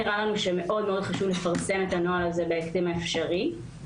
נראה לנו שמאוד חשוב לפרסם את הנוהל הזה בהקדם האפשרי.